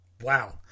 Wow